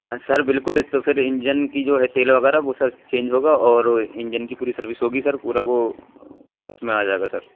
سر بالکل ایک تو پھر انجن کی جو ہے تیل وغیرہ وہ سب چینج ہوگا اور انجن کی پوری سروس ہوگی سر پورا وہ اس میں آ جائے گا سر